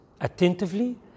attentively